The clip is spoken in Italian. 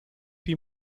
più